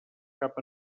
cap